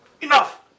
Enough